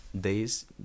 days